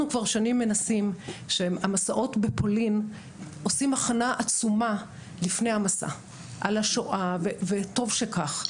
עוד לפני המסע לפולין עושים הכנה עצומה על השואה וטוב שכך,